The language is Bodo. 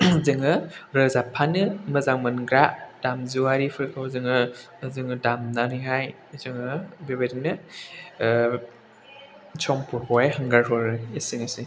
जोङो रोजाबफानो मोजां मोनग्रा दामजुआरिफोरखौ जोङो दामनानैहाय जोङो बेबायदिनो समफोरखौहाय एंगारहरो एसेनोसै